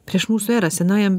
prieš mūsų erą senajam